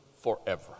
forever